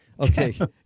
Okay